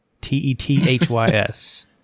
T-E-T-H-Y-S